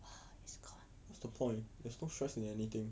is gone